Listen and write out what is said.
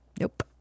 Nope